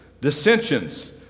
Dissensions